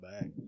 back